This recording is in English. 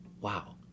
Wow